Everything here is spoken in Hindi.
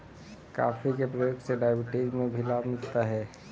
कॉफी के प्रयोग से डायबिटीज में भी लाभ मिलता है